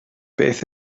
beth